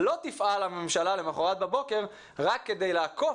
לא תפעל הממשלה למוחרת בבוקר רק כדי לעקוף